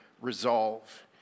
resolve